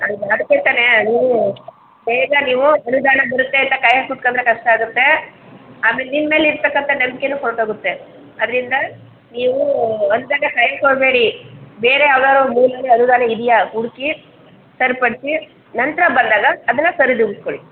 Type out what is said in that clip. ಅದಕ್ಕೆ ತಾನೇ ನೀವು ಬೇಗ ನೀವು ಅನುದಾನ ಬರುತ್ತೆ ಅಂತ ಕಾಯ್ತ ಕುತ್ಕಂಡ್ರೆ ಕಷ್ಟ ಆಗುತ್ತೆ ಆಮೇಲೆ ನಿಮ್ಮ ಮೇಲಿರತಕ್ಕಂಥ ನಂಬಿಕೆನೂ ಹೊರ್ಟು ಹೋಗುತ್ತೆ ಅದರಿಂದ ನೀವು ಬಂದಾಗ ಕೈ ಕೊಡಬೇಡಿ ಬೇರೆ ಯಾವ್ದಾದ್ರೂ ಮೂಲಗಳ ಅನುದಾನ ಇದೆಯಾ ಹುಡುಕಿ ಸರಿಪಡ್ಸಿ ನಂತರ ಬಂದಾಗ ಅದನ್ನು ಸರಿದೂಗಿಸ್ಕೊಳಿ